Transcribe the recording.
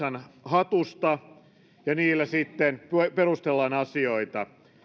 hatusta ja niillä sitten perustellaan asioita